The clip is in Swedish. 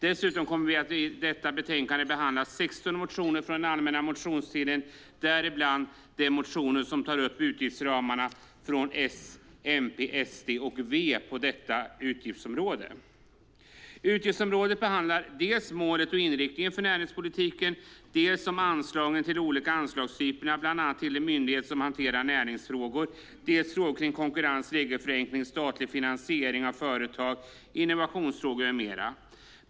Dessutom behandlas i detta betänkande 16 motioner från allmänna motionstiden, däribland de motioner från S, MP, SD och V som tar upp utgiftsramarna inom detta utgiftsområde. Utgiftsområdet behandlar målet och inriktningen för näringspolitiken, anslagen till de olika anslagstyperna, bland annat till de myndigheter som hanterar näringsfrågor, frågor kring konkurrens, regelförenkling, statlig finansiering av företag, innovationsfrågor med mera.